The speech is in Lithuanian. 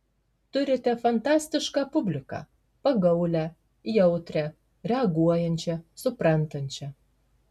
turite fantastišką publiką pagaulią jautrią reaguojančią suprantančią